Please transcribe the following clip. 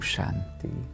Shanti